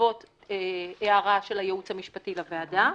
בעקבות הערה של הייעוץ המשפטי לוועדה.